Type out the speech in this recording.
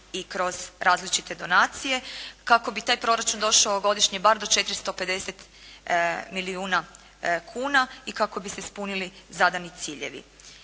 i kroz različite donacije kako bi taj proračun došao godišnje bar do 450 milijuna kuna i kako bi se ispunili zadani ciljevi.